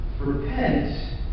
Repent